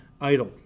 idle